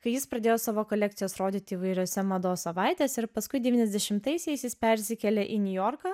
kai jis pradėjo savo kolekcijas rodyti įvairiuose mados savaitės ir paskui devyniasdešimtaisiais jis persikėlė į niujorką